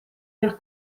del